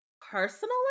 personally